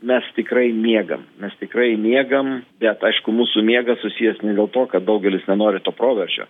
mes tikrai miegam nes tikrai miegam bet aišku mūsų miegas susijęs ne dėl to kad daugelis nenori to proveržio